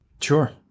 Sure